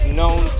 known